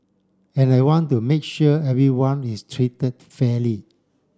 and I want to make sure everyone is treated fairly